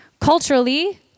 Culturally